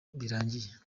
birangiye